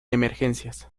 emergencias